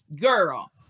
girl